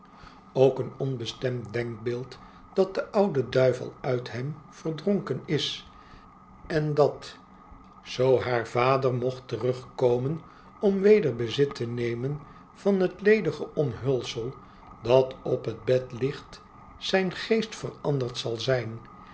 ook een onbestemd denkbeeld dat de oude duivel uit hem verdronken is en dat zoo haar vader mocht terugkomen om weder bezit te nemen van het ledige omhulsel dat t p het bed ligt zijn geest veranderd zal zijn